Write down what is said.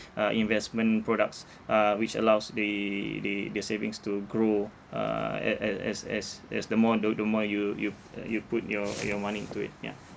uh investment products uh which allows the the the savings to grow uh a~ a~ as as as the more the the more you you uh you put your your money into it ya